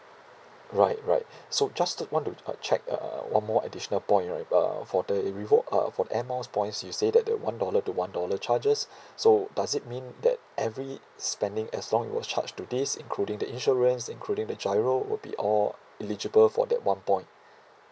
right right so just want to uh check uh one more additional point right uh for the the reward uh for the air miles points you say that the one dollar to one dollar charges so does it mean that every spending as long it was charged to this including the insurance including the GIRO would be all eligible for that one point